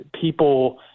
people